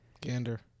Gander